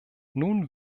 nun